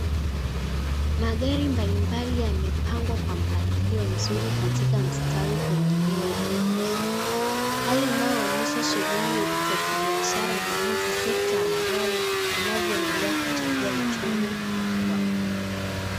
Magari mbalimbali yamepangwa kwa mpangilio mzuri katika mstari kwenye eneo la mauzo. Hali inayoonyesha shughuli za kibiashara na jinsi sekta ya magari inavyoendelea kuchangia uchumi wa mjini.